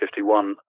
51